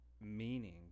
meaning